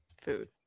food